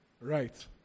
right